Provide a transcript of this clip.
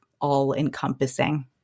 all-encompassing